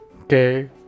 Okay